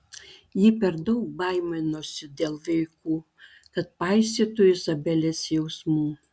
ji per daug baiminosi dėl vaikų kad paisytų izabelės jausmų